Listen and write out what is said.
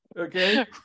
Okay